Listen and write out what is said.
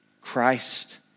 Christ